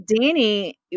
Danny